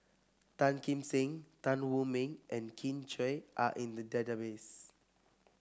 Tan Kim Seng Tan Wu Meng and Kin Chui are in the database